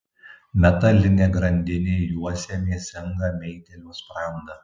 metalinė grandinė juosia mėsingą meitėlio sprandą